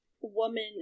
woman